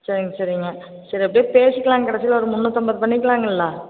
சரிங்க சரிங்க சரி அப்படியே பேசிக்கலாம் கடைசியில் ஒரு முன்னுாற்றம்பது பண்ணிக்கலாங்கல்ல